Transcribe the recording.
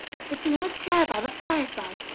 and sitting on a chair by the fireside!